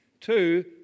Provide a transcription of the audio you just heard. Two